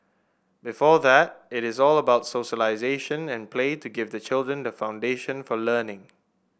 before that it is all about socialisation and play to give the children the foundation for learning